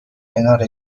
کنار